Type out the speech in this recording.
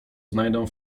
znajdę